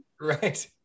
Right